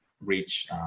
reach